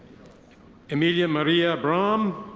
emilia maria braun.